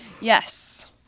yes